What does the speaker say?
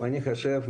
אני חושב,